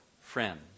Friends